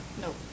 Nope